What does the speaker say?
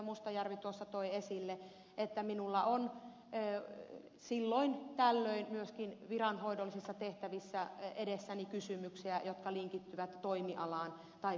mustajärvi tuossa toi esille että minulla on silloin tällöin myöskin viranhoidollisissa tehtävissä edessäni kysymyksiä jotka linkittyvät toimialaan tai yksittäiseen yritykseen